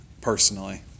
personally